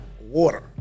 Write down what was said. water